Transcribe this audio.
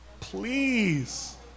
please